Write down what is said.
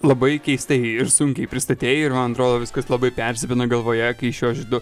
labai keistai ir sunkiai pristatei ir man atrodo viskas labai persipina galvoje kai šiuos du